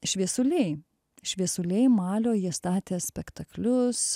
šviesuliai šviesuliai malio jie statė spektaklius